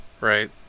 right